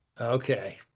Okay